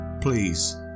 Please